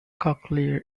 cochlear